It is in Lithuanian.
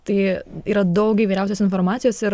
tai yra daug įvairiausios informacijos ir